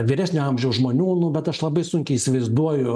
vyresnio amžiaus žmonių nu bet aš labai sunkiai įsivaizduoju